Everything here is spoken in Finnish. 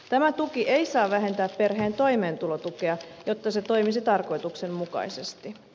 tämä tuki ei saa vähentää perheen toimeentulotukea jotta se toimisi tarkoituksenmukaisesti